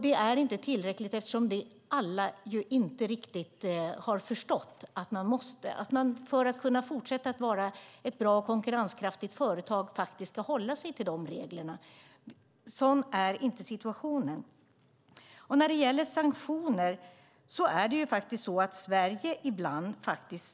Det är inte tillräckligt eftersom inte riktigt alla har förstått att man för att fortsätta vara ett bra, konkurrenskraftigt företag faktiskt måste hålla sig till de reglerna. Sådan är inte situationen. När det gäller sanktioner stoppar faktiskt Sverige ibland sådana.